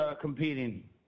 competing